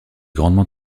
grandement